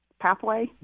pathway